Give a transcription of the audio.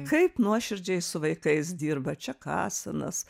kaip nuoširdžiai su vaikais dirba čekasinas